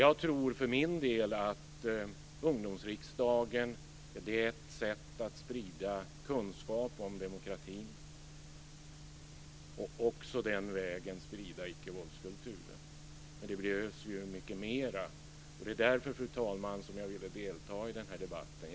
Jag för min del tror att Ungdomsriksdagen dr ett sätt att sprida kunskap om demokratin och att den vägen också sprida icke-våldskulturen, men det behövs ju mycket mer. Det är därför, fru talman, som jag ville delta i den här debatten.